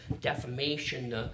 defamation